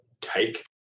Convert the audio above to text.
take